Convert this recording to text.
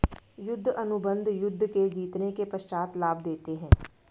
युद्ध अनुबंध युद्ध के जीतने के पश्चात लाभ देते हैं